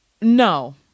No